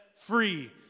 free